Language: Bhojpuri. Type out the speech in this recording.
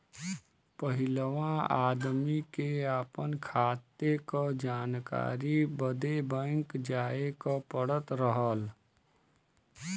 पहिलवा आदमी के आपन खाते क जानकारी बदे बैंक जाए क पड़त रहल